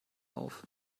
auf